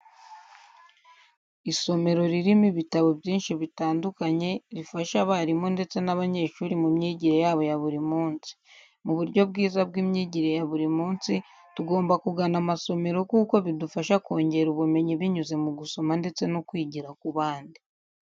Isomero ririmo ibitabo byinshi bitandukanye rifasha abarimu ndetse n'abanyeshuri mu myigire yabo ya buri munsi. Mu buryo bwiza bw'imyigire ya buri munsi tugomba kugana amasomero kuko bidufasha kongera ubumenyi binyuze mu gusoma ndetse no kwigira ku bandi.